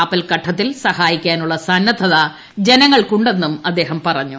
ആപത്ഘട്ടത്തിൽ സഹായിക്കാനുള്ള സന്നദ്ധത ജനങ്ങൾക്കുണ്ടന്നും അദ്ദേഹം പറഞ്ഞു